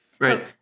Right